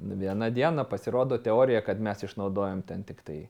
vieną dieną pasirodo teorija kad mes išnaudojom ten tiktai